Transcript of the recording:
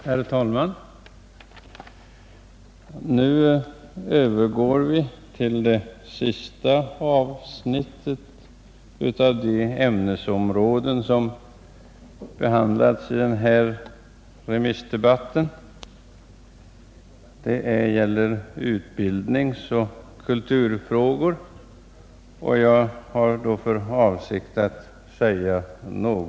Herr talman! Nu övergår vi till det sista avsnittet av de ämnesområden som behandlas i denna remissdebatt — utbildningsoch kulturfrågor.